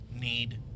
need